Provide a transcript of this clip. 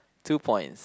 two points